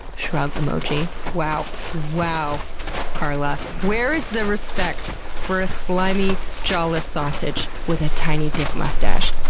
shrug emoji. wow. wow carla. where is the respect for a slimy jawless sausage with a tiny dick mustache?